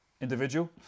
individual